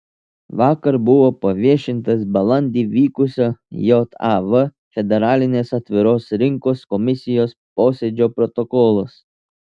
vakar buvo paviešintas balandį vykusio jav federalinės atviros rinkos komisijos posėdžio protokolas